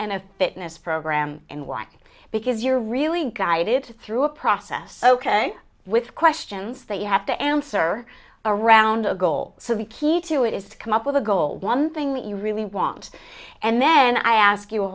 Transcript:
and a fitness program and like because you're really guided through a process ok with questions that you have to answer around a goal so the key to it is to come up with a goal one thing that you really want and then i ask you a